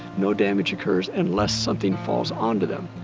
no damage occurs unless something falls onto them.